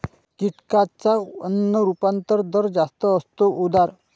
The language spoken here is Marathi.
कीटकांचा अन्न रूपांतरण दर जास्त असतो, उदा